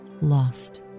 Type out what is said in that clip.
lost